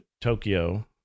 Tokyo